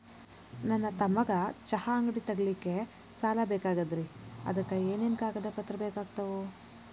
ನನ್ನ ತಮ್ಮಗ ಚಹಾ ಅಂಗಡಿ ತಗಿಲಿಕ್ಕೆ ಸಾಲ ಬೇಕಾಗೆದ್ರಿ ಅದಕ ಏನೇನು ಕಾಗದ ಪತ್ರ ಬೇಕಾಗ್ತವು?